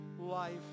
life